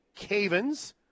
Cavins